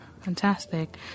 Fantastic